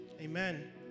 Amen